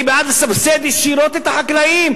אני בעד לסבסד ישירות את החקלאים,